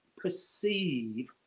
perceive